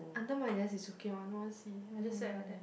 under my desk is okay one no one see I just sat like that